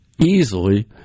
easily